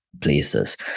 places